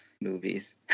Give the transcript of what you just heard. movies